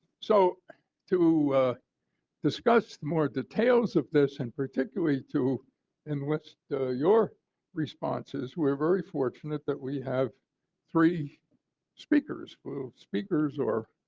so to discuss more details of this and particularly to enlist your responses, we're very fortunate that we have three speakers speakers or